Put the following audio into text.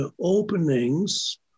openings